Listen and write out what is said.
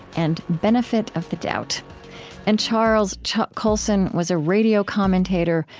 and benefit of the doubt and charles chuck colson was a radio commentator,